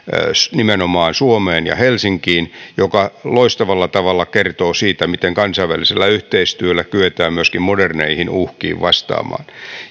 nimenomaan suomeen ja helsinkiin mikä loistavalla tavalla kertoo siitä miten kansainvälisellä yhteistyöllä kyetään myöskin moderneihin uhkiin vastaamaan